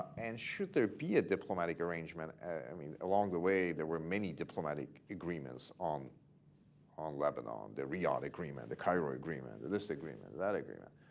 and should there be a diplomatic arrangement-i i mean, along the way there were many diplomatic agreements on on lebanon-the riyadh agreement, the cairo agreement, the this agreement, the that agreement.